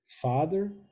Father